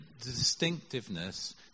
distinctiveness